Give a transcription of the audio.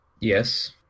Yes